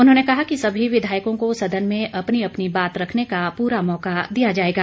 उन्होंने कहा कि सभी विधायकों को सदन में अपनी अपनी बात ररवने का पूरा मौका दिया जाएगा